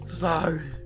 sorry